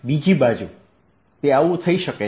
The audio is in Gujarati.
બીજી બાજુ તે આવું થઈ શકે છે